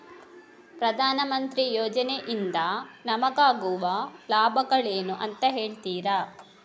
ಪ್ರಧಾನಮಂತ್ರಿ ಯೋಜನೆ ಇಂದ ನಮಗಾಗುವ ಲಾಭಗಳೇನು ಅಂತ ಹೇಳ್ತೀರಾ?